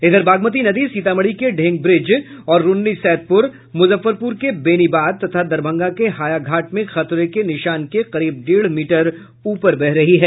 इधर बागमती नदी सीतामढ़ी के ढेंगब्रिज और रून्नीसैदपुर मुजफ्फरपुर के बेनीबाद तथा दरभंगा के हायाघाट में खतरे के निशान के करीब डेढ़ मीटर ऊपर बह रही है